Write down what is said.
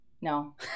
no